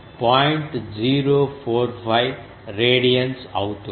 045 radians అవుతుంది